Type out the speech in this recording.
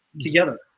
together